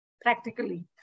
practically